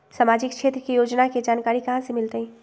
सामाजिक क्षेत्र के योजना के जानकारी कहाँ से मिलतै?